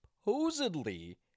supposedly